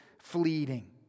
fleeting